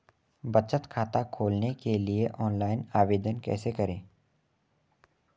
बचत खाता खोलने के लिए ऑनलाइन आवेदन कैसे करें?